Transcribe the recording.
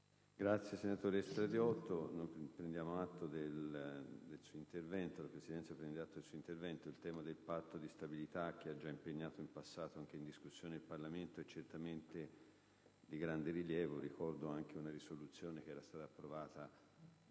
Senatore Stradiotto, la Presidenza prende atto del suo intervento. Il tema del Patto di stabilità, che ha già impegnato in passato con ampie discussioni il Parlamento, è certamente di grande rilievo. Ricordo le risoluzioni approvate